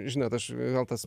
žinot aš vėl tas